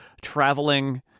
traveling